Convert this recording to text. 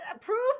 proof